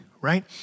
right